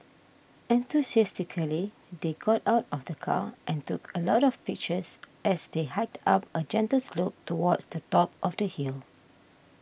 enthusiastically they got out of the car and took a lot of pictures as they hiked up a gentle slope towards the top of the hill